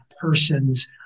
person's